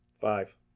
Five